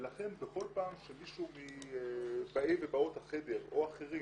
לכן בכל פעם שמישהו מבאי ובאות החדר או אחרים